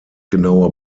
genaue